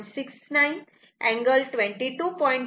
69 angle 22